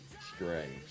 strange